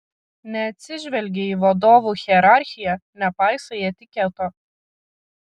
neatsižvelgi į vadovų hierarchiją nepaisai etiketo